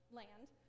land